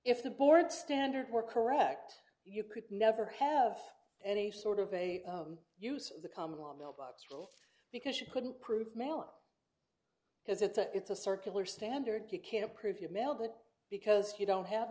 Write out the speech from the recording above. if the board standard were correct you could never have any sort of a use of the common law mailbox rule because you couldn't prove malice because it's a it's a circular standard you can't prove your mail that because you don't have